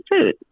food